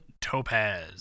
Topaz